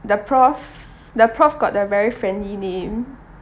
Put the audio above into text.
the prof the prof got the very friendly name